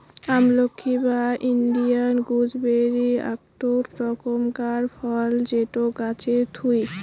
আমলকি বা Indian gooseberry আকটো রকমকার ফল যেটো গাছে থুই